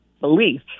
belief